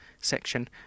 section